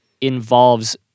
involves